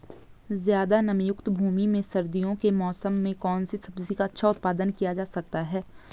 ज़्यादा नमीयुक्त भूमि में सर्दियों के मौसम में कौन सी सब्जी का अच्छा उत्पादन किया जा सकता है?